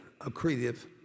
accretive